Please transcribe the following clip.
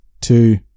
two